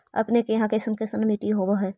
अपने के यहाँ कैसन कैसन मिट्टी होब है?